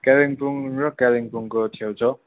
कालिम्पोङ र कालिम्पोङको छेउछाउ